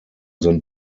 than